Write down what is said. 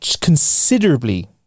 considerably